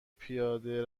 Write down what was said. پیاده